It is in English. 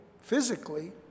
physically